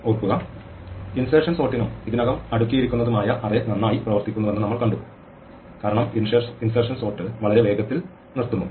ഓർക്കുക ഇൻസെർഷൻ സോർട്ടിനും ഇതിനകം അടുക്കിയിരിക്കുന്നതുമായ അറേ നന്നായി പ്രവർത്തിക്കുന്നുവെന്ന് നമ്മൾ കണ്ടു കാരണം ഇൻസെർഷൻ സോർട്ട് വളരെ വേഗത്തിൽ നിർത്തുന്നു